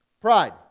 Pride